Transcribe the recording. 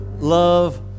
love